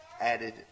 added